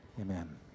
amen